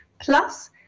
Plus